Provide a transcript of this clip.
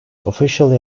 officially